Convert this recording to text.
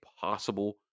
possible